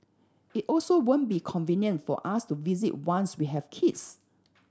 it also won't be convenient for us to visit once we have kids